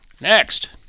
Next